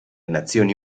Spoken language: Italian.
nazioni